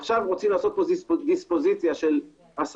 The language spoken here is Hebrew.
עכשיו רוצים לעשות פה דיספוזיציה של הסרה,